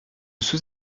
sous